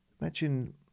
imagine